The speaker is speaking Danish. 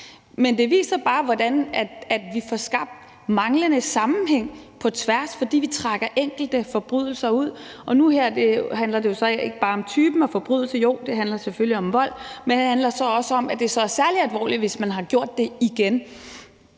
men det viser bare, hvordan vi får skabt manglende sammenhæng på tværs, fordi vi trækker enkelte forbrydelser ud. Nu her handler det så ikke bare om typen af forbrydelser – jo, det handler selvfølgelig om vold, men det handler så også om, at det er særlig alvorligt, hvis man har gjort det igen,